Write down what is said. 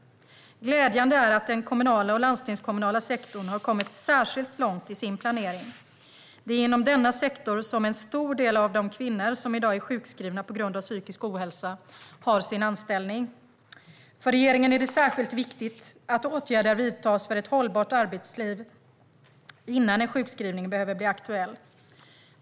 Glädjande är att den kommunala och landstingskommunala sektorn har kommit särskilt långt i sin planering. Det är inom denna sektor som en stor del av de kvinnor som i dag är sjukskrivna på grund av psykisk ohälsa har sin anställning. För regeringen är det särskilt viktigt att åtgärder vidtas för ett hållbart arbetsliv innan en sjukskrivning behöver bli aktuell.